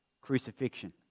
crucifixion